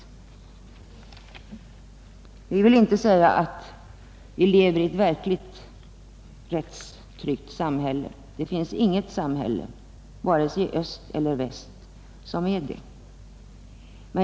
Vi vill inte säga att vi lever i ett verkligt rättstryggt samhälle. Det finns inget samhälle, vare sig i öst eller väst, som är det.